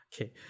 Okay